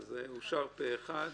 אושר פה אחד.